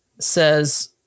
says